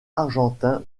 argentin